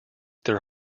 their